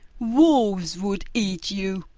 wolves would eat you!